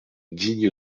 digne